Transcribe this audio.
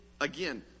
again